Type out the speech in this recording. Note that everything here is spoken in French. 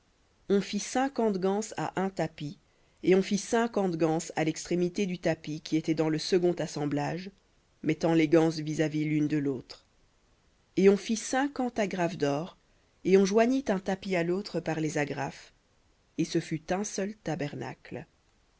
on fit cinquante ganses à un tapis et on fit cinquante ganses à l'extrémité du tapis qui était dans le second assemblage les ganses vis-à-vis l'une de lautre et on fit cinquante agrafes d'or et on joignit un tapis à l'autre par les agrafes et ce fut un seul tabernacle